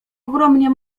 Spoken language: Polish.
ogromnie